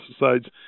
pesticides